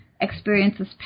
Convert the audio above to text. experiences